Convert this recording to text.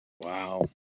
Wow